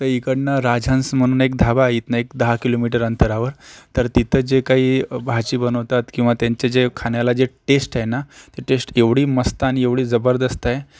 तर इकडनं राजहंस म्हणून एक धाबा आहे इथनं एक दहा किलोमीटर अंतरावर तर तिथे जे काही भाजी बनवतात किंवा त्यांच्या जे खाण्याला जे टेष्ट आहे ना ती टेष्ट एवढी मस्त आणि जबरदस्त आहे